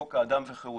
חוק האדם וחירותו,